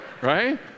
right